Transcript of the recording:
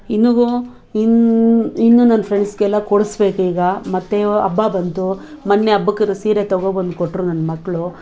ಇನ್ನು ಗು ಇನ್ನು ಇನ್ನು ನನ್ನ ಫ್ರೆಂಡ್ಸ್ಗೆಲ್ಲ ಕೊಡಿಸ್ಬೇಕೀಗ ಮತ್ತು ಹಬ್ಬ ಬಂತು ಮೊನ್ನೆ ಹಬ್ಬಕ್ಕೇಂತ ಸೀರೆ ತೊಗೊಂಬಂದ್ಕೊಟ್ರು ನನ್ಮಕ್ಳು